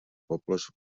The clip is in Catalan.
pobles